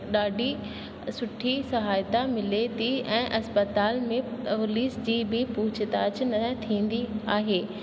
ॾाढी सुठी सहायता मिले थी ऐं अस्पताल में पुलीस जी बि पूछ्ताछ न थींदी आहे